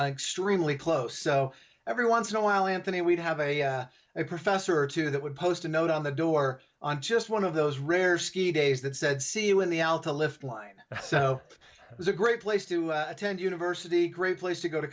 extremely close so every once in awhile anthony we'd have a professor or two that would post a note on the door on just one of those rare ski days that said see you in the al to lift line so it was a great place to attend university great place to go to